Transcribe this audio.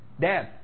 Dad